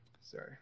Sorry